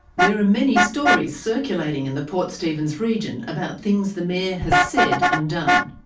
there are many stories circulating in the port stephens region about things the mayor has said and done.